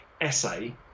essay